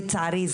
לצערי,